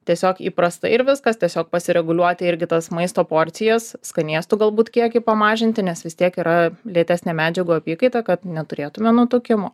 tiesiog įprasta ir viskas tiesiog pasireguliuoti irgi tas maisto porcijas skanėstų galbūt kiekį pamažinti nes vis tiek yra lėtesnė medžiagų apykaita kad neturėtume nutukimų